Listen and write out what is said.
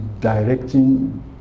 directing